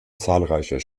zahlreicher